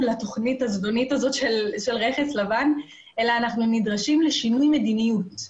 התכנית הזדונית הזאת של רכס לבן אלא אנחנו נדרשים לשינוי מדיניות.